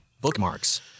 Bookmarks